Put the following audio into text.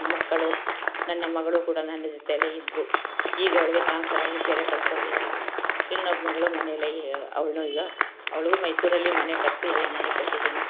ಮಕ್ಕಳು ನನ್ನ ಮಗಳು ಕೂಡ ನನ್ನ ಜೊತೆಯಲ್ಲೇ ಇದ್ಳು ಈಗ ಅವ್ಳಿಗೆ ಟ್ರಾನ್ಸ್ಫರ್ ಆಗಿ ಬೇರೆ ಕಡೆಗೆ ಹೋಗಿದ್ದಾಳೆ ಇನ್ನೊಬ್ಬ ಮಗಳು ಮನೆಲ್ಲಿ ಅವಳು ಈಗ ಅವಳಿಗೂ ಮೈಸೂರಲ್ಲಿ ಮನೆ ಕಟ್ಟಿಸಿ ಎಲ್ಲ ಮಾಡಿ ಕೊಟ್ಟಿದ್ದೀನಿ